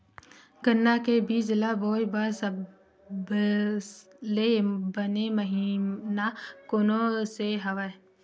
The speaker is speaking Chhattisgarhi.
गन्ना के बीज ल बोय बर सबले बने महिना कोन से हवय?